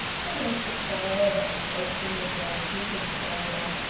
and as the fire that was roasting the joint heated the boiler,